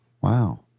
wow